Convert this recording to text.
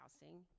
housing